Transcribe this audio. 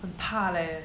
很怕 leh